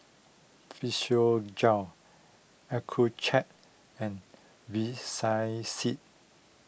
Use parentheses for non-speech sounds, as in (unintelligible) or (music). Physiogel Accucheck and (unintelligible)